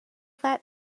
that